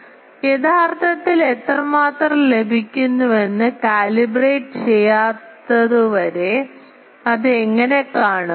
അതിനാൽ യഥാർത്ഥത്തിൽ എത്രമാത്രം ലഭിക്കുന്നുവെന്ന് കാലിബ്രേറ്റ് ചെയ്യാത്തതുവരെ അത് എങ്ങനെ കാണും